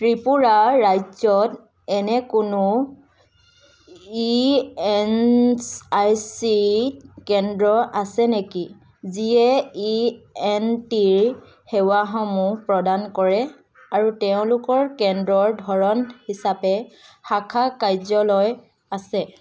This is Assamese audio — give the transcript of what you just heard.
ত্ৰিপুৰা ৰাজ্যত এনে কোনো ই এছ আই চি কেন্দ্ৰ আছে নেকি যিয়ে ই এন টি সেৱাসমূহ প্ৰদান কৰে আৰু তেওঁলোকৰ কেন্দ্ৰৰ ধৰণ হিচাপে শাখা কাৰ্যালয় আছে